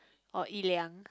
or Yi-Liang